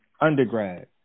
undergrad